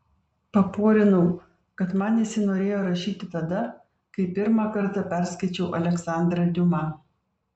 paporinau kad man įsinorėjo rašyti tada kai pirmą kartą perskaičiau aleksandrą diuma